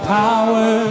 power